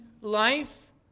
life